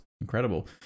incredible